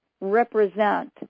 represent